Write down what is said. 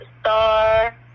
Star